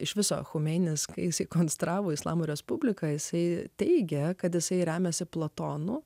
iš viso chomeinis kai sukonstravo islamo respubliką jisai teigia kad jisai remiasi platono